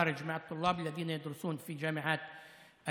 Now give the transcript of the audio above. שלומדים בחוץ לארץ לאלה של הסטודנטים שלומדים באוניברסיטאות בארץ,